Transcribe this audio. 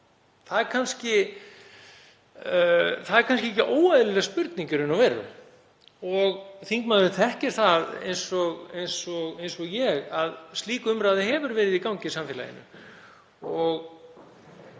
Það er kannski ekki óeðlileg spurning í raun og veru. Þingmaðurinn þekkir það eins og ég að slík umræða hefur verið í gangi í samfélaginu og gott ef